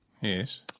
Yes